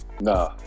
No